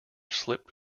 slipped